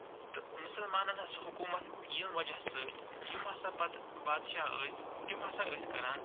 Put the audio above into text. تہٕ مُسلمانن ۂنز حٔکوٗمَت ییٚمہِ وجہہ سۭتۍ یِم ہسا پَتہٕ بادشاہ ٲسۍ تِم ہسا ٲسۍ کران